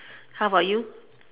how about you